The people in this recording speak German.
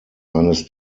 eines